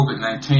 COVID-19